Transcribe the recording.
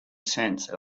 sense